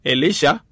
Elisha